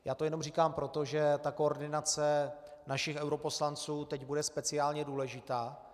Já to jenom říkám proto, že ta koordinace našich europoslanců teď bude speciálně důležitá.